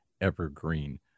evergreen